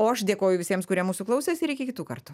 o aš dėkoju visiems kurie mūsų klausėsi ir iki kitų kartų